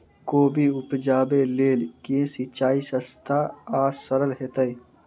कोबी उपजाबे लेल केँ सिंचाई सस्ता आ सरल हेतइ?